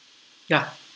ya